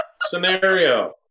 scenario